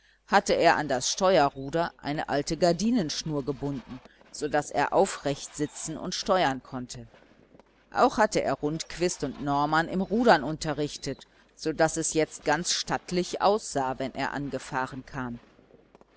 hatte er an das steuerruder eine alte gardinenschnur gebunden so daß er aufrecht sitzen und steuern konnte auch hatte er rundquist und norman im rudern unterrichtet so daß es jetzt ganz stattlich aussah wenn er angefahren kam